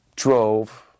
Drove